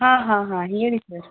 ಹಾಂ ಹಾಂ ಹಾಂ ಹೇಳಿ ಸರ್